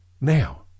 Now